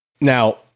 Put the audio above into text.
now